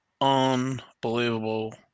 unbelievable